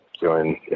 join